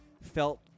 felt